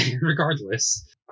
regardless